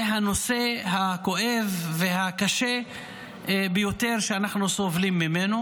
זה הנושא הכואב והקשה ביותר שאנחנו סובלים ממנו,